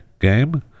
game